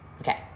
Okay